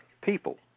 people